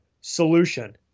Solution